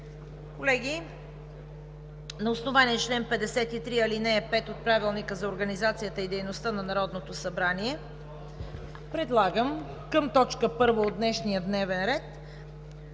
Колеги, на основание чл. 53, ал. 5 от Правилника за организацията и дейността на Народното събрание предлагам към точка първа от днешния дневен ред